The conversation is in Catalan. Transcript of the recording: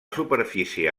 superfície